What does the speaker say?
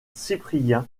cyprien